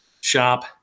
shop